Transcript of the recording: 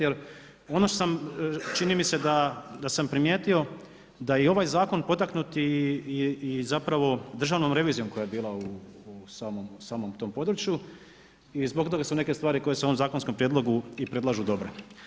Jer ono što sam, čini mi se da sam primijetio da je i ovaj zakon potaknuti i zapravo državnom revizijom koja je bila u samom tom području i zbog toga su neke stvari koje se u ovom zakonskom prijedlogu i predlažu dobre.